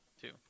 two